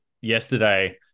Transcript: yesterday